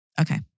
Okay